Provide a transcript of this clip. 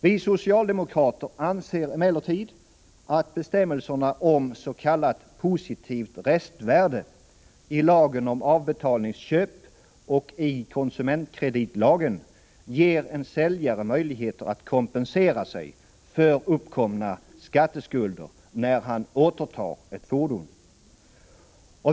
Vi socialdemokrater anser emellertid, att bestämmelserna om s.k. positivt restvärde i lagen om avbetalningsköp och i konsumentkreditlagen ger en säljare möjligheter att kompensera sig för uppkomna skatteskulder, när han återtar ett fordon.